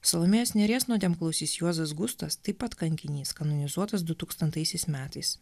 salomėjos nėries nuodėmklausys juozas gustas taip pat kankinys kanonizuotas dutūkstantaisiais metais